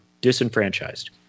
disenfranchised